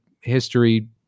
history